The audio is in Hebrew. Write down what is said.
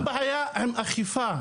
אין שום בעיה עם אכיפה,